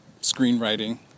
screenwriting